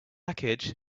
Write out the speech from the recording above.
package